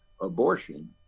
abortion